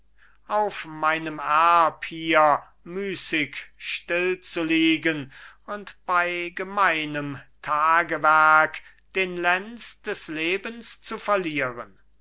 auf meinem erb hier müssig stillzuliegen und bei gemeinem tagewerk den lenz des lebens zu verlieren